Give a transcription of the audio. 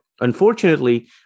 Unfortunately